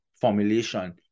formulation